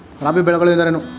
ರಾಬಿ ಬೆಳೆಗಳು ಎಂದರೇನು?